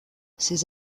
ces